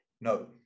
no